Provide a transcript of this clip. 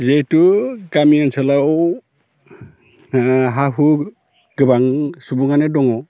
जेहेथु गामि ओनसोलाव ओ हा हु गोबां सुबुङानो दङ